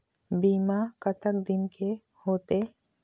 बीमा कतक दिन के होते?